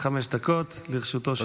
עד חמש דקות לרשותו של אדוני.